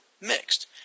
Mixed